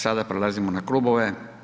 Sada prelazimo na klubove.